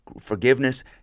Forgiveness